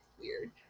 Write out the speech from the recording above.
Weird